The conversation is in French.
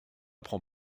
prend